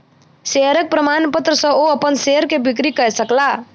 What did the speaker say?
शेयरक प्रमाणपत्र सॅ ओ अपन शेयर के बिक्री कय सकला